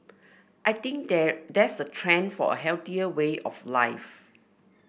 I think there there's a trend for a healthier way of life